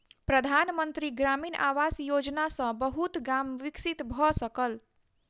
प्रधान मंत्री ग्रामीण आवास योजना सॅ बहुत गाम विकसित भअ सकल